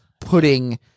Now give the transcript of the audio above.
putting